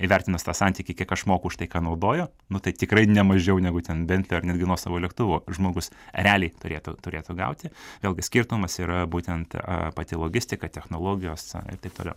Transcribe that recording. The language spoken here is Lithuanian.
įvertinus tą santykį kiek aš moku už tai ką naudoju nu tai tikrai ne mažiau negu ten bentlį ar netgi nuosavo lėktuvo žmogus realiai turėtų turėtų gauti vėlgi skirtumas yra būtent a pati logistika technologijos ta ir taip toliau